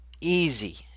easy